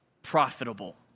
Profitable